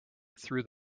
through